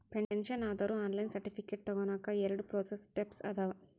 pension ಆದೋರು online certificate ತೊಗೋನಕ ಎರಡ ಪ್ರೋಸೆಸ್ ಸ್ಟೆಪ್ಸ್ ಅದಾವ